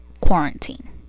quarantine